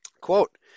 Quote